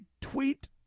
tweet